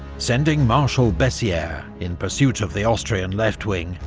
sending marshal bessieres in pursuit of the austrian left wing,